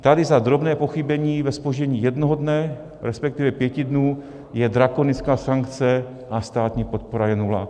Tady za drobné pochybení ve zpoždění jednoho dne, respektive pěti dnů, je drakonická sankce a státní podpora je nula.